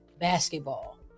basketball